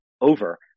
over